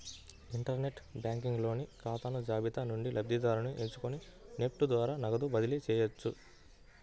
inter net banking లోని ఖాతాల జాబితా నుండి లబ్ధిదారుని ఎంచుకొని నెఫ్ట్ ద్వారా నగదుని బదిలీ చేయవచ్చు